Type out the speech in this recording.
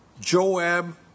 Joab